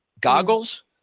goggles